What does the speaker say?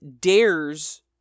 dares